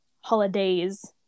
holidays